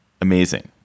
Amazing